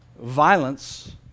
violence